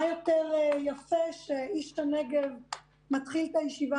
מה יותר יפה מאיש הנגב שמתחיל את הישיבה